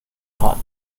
hot